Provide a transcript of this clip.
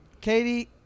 Katie